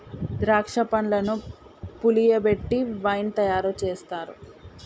ద్రాక్ష పండ్లను పులియబెట్టి వైన్ తయారు చేస్తారు